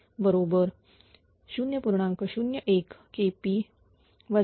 01KP 0